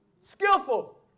Skillful